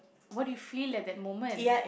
what you feel at that moment